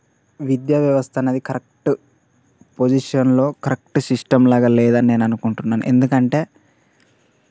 విద్యా వ్యవస్థ అనేది కరెక్ట్ పొజిషన్లో కరెక్ట్ సిస్టంలాగా లేదని నేను అనుకుంటున్నాను ఎందుకంటే